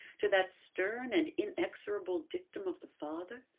to that stern and inexorable dictum of the father,